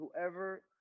whoever